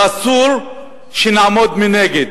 ואסור שנעמוד מנגד.